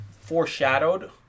foreshadowed